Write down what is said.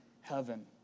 heaven